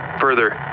Further